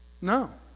No